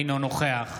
אינו נוכח